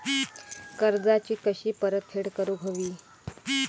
कर्जाची कशी परतफेड करूक हवी?